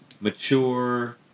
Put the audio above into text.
mature